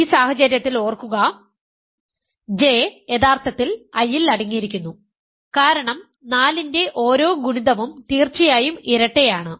ഈ സാഹചര്യത്തിൽ ഓർക്കുക J യഥാർത്ഥത്തിൽ I ൽ അടങ്ങിയിരിക്കുന്നു കാരണം 4 ന്റെ ഓരോ ഗുണിതവും തീർച്ചയായും ഇരട്ടയാണ്